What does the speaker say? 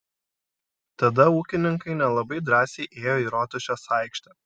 tada ūkininkai nelabai drąsiai ėjo į rotušės aikštę